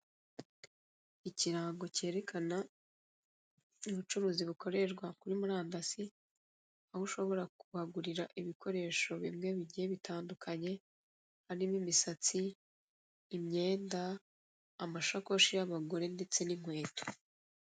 Ikirango kerekana ubucuruzi bukorerwa kuri murandasi aho ushobora kuhagurira ibikoresho bimwe bigiye bitandukanye harimo imisatsi, imyenda, amashakoshi y'abagore ndetse n'inkweto.